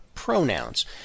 Pronouns